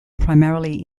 primarily